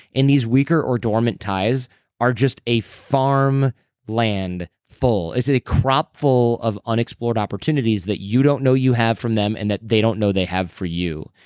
and these weaker or dormant ties are just a farmland full. it's a crop full of unexplored opportunities that you don't know you have from them, and that they don't know they have for you.